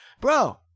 Bro